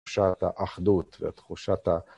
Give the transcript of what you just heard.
תחושת האחדות ותחושת ה...